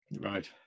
right